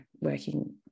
working